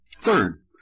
Third